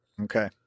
Okay